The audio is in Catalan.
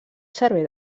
servei